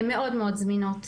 הם מאוד מאוד זמינות,